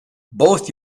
both